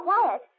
quiet